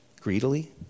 greedily